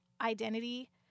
identity